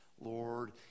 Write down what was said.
Lord